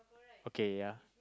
okay yeah